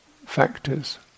factors